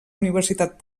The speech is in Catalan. universitat